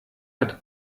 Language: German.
hat